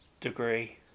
degree